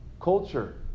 culture